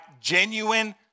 genuine